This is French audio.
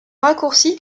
raccourcis